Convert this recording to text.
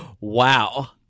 Wow